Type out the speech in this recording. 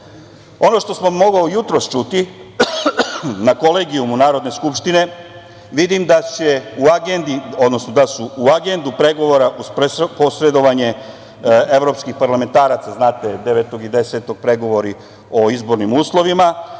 što se moglo jutros čuti na Kolegijumu Narodne skupštine, vidim da su u Agendu pregovora kroz posredovanje evropskih parlamentaraca, znate, 9. i 10. pregovori o izbornim uslovima,